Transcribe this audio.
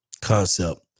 concept